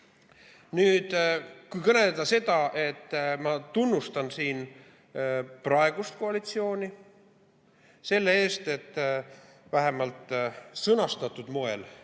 veel kõneleda, siis ma tunnustan praegust koalitsiooni selle eest, et vähemalt sõnastatud moel